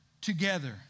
together